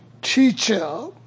teacher